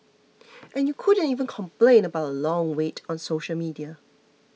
and you couldn't even complain about long wait on social media